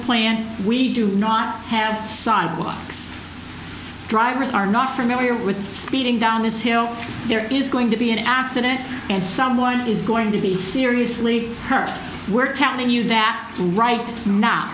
a plan we do not have sidewalks drivers are not familiar with speeding down this hill there is going to be an accident and someone is going to be seriously hurt we're telling you that right now